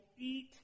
eat